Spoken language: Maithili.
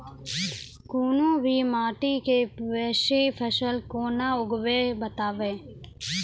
कूनू भी माटि मे बेसी फसल कूना उगैबै, बताबू?